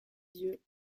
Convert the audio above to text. yeux